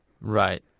Right